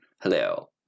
Hello